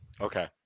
Okay